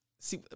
See